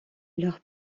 leur